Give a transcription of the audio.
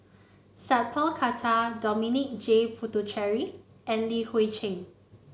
Sat Pal Khattar Dominic J Puthucheary and Li Hui Cheng